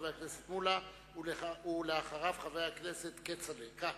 חבר הכנסת מולה, ואחריו, חבר הכנסת כצל'ה, כץ.